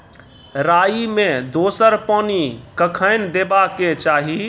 राई मे दोसर पानी कखेन देबा के चाहि?